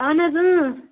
اَہَن حظ